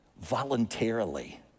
voluntarily